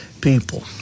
people